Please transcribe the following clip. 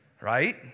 Right